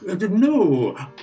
No